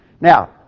Now